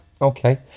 Okay